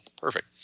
Perfect